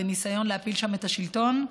בניסיון להפיל שם את השלטון.